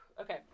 Okay